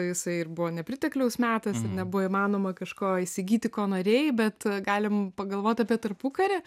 jisai ir buvo nepritekliaus metas ir nebuvo įmanoma kažko įsigyti ko norėjai bet galim pagalvot apie tarpukarį